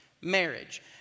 marriage